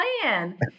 plan